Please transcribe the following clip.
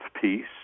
peace